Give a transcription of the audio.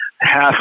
half